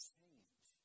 Change